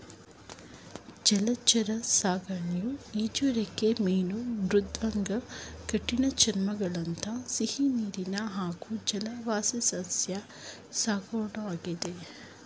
ಜಲಚರ ಸಾಕಣೆಯು ಈಜುರೆಕ್ಕೆ ಮೀನು ಮೃದ್ವಂಗಿ ಕಠಿಣಚರ್ಮಿಗಳಂಥ ಸಿಹಿನೀರಿನ ಹಾಗೂ ಜಲವಾಸಿಸಸ್ಯ ಸಾಕೋದಾಗಿದೆ